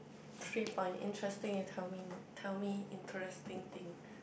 three point interesting and tell me more tell me interesting thing